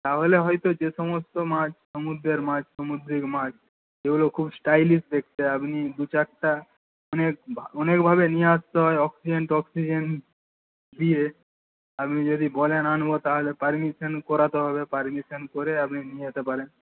তাহলে হয়ত যে সমস্ত মাছ সমুদ্রের মাছ সমুদ্রের মাছ যেগুলো খুব স্টাইলিশ দেখতে আপনি দু চারটা অনেকভাবে অনেকভাবে নিয়ে আসতে হয় অক্সিজেন টক্সিজেন দিয়ে আপনি যদি বলেন আনব তাহলে পারমিশন করাতে হবে পারমিশন করে আপনি নিয়ে যেতে পারেন